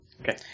Okay